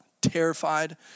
terrified